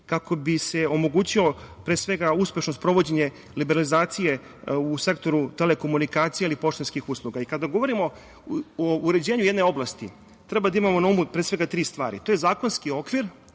kako bi se omogućilo, pre svega uspešno sprovođenje liberalizacije u sektoru telekomunikacija ili poštanskih usluga. Kada govorimo o uređenju jedne oblasti treba da imamo na umu, pre svega, tri stvari. To je zakonski okvir,